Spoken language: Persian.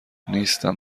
نیستم